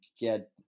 get